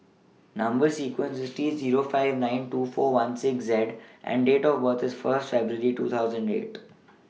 Number sequence IS T Zero five nine two four one six Z and Date of birth IS First February two thousand eight